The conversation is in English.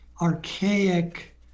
archaic